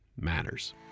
Matters